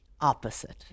opposite